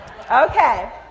Okay